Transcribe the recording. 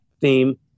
theme